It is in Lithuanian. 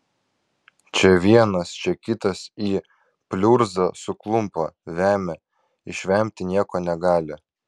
čia vienas čia kitas į pliurzą suklumpa vemia išvemti nieko negali